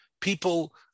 People